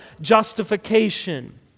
justification